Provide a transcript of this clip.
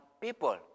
people